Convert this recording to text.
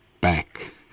Back